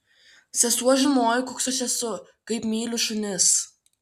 sesuo žinojo koks aš esu kaip myliu šunis